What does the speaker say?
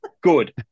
Good